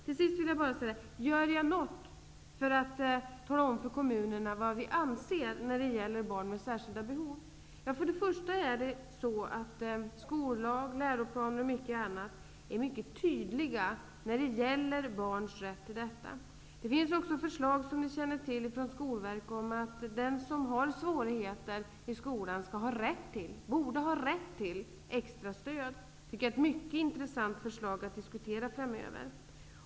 När det gäller frågan om jag gör något för att tala om för kommunerna vad vi anser i frågan om barn med särskilda behov, vill jag säga att skollag, läroplan och mycket annat är mycket tydliga när det gäller barns rätt till detta. Det finns också, som ni känner till, förslag från Skolverket om att den som har svårigheter i skolan borde ha rätt till extra stöd. Det är ett mycket intressant förslag att diskutera framöver.